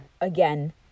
Again